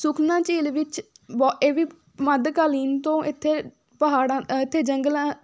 ਸੁਖਨਾ ਝੀਲ ਵਿੱਚ ਬਹੁਤ ਇਹ ਵੀ ਮੱਧਕਾਲੀਨ ਤੋਂ ਇੱਥੇ ਪਹਾੜਾਂ ਇੱਥੇ ਜੰਗਲਾਂ